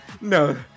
No